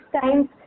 times